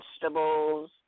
Vegetables